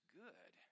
good